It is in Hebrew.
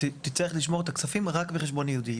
תצטרך לשמור את הכספים רק בחשבון ייעודי.